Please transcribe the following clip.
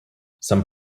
some